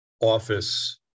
office